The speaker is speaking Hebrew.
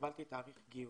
קיבלתי תאריך גיוס.